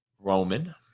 Roman